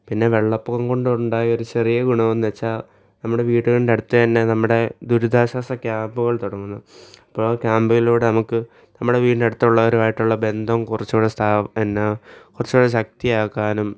പിന്നെ വെള്ളപ്പൊക്കം കൊണ്ടുണ്ടായ ഒരു ചെറിയ ഗുണം എന്നുവച്ചാൽ നമ്മുടെ വീടുകളിൻ്റെ അടുത്ത് തന്നെ നമ്മുടെ ദുരിതാശ്വാസ ക്യാമ്പുകൾ തുടങ്ങുന്നു അപ്പോൾ ക്യാമ്പിലൂടെ നമുക്ക് നമ്മുടെ വീടിനടുത്തുള്ളവരുവായിട്ടുള്ള ബന്ധം കുറച്ച് കൂടെ സ്ഥാ പിന്നെ കുറച്ച് കൂടെ ശക്തിയാക്കാനും